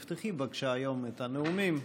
תפתחי בבקשה היום את הנאומים.